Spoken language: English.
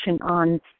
on